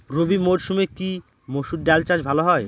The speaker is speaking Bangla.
রবি মরসুমে কি মসুর ডাল চাষ ভালো হয়?